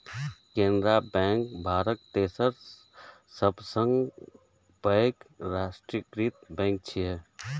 Canara bank भारतक तेसर सबसं पैघ राष्ट्रीयकृत बैंक छियै